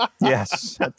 Yes